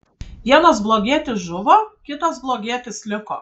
vienas blogietis žuvo kitas blogietis liko